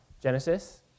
Genesis